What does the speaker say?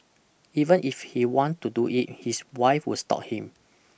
even if he want to do it his wife will stop him